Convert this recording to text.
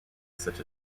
such